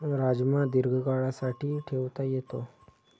राजमा दीर्घकाळासाठी ठेवता येतो